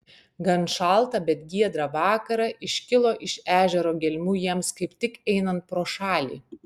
gan šaltą bet giedrą vakarą iškilo iš ežero gelmių jiems kaip tik einant pro šalį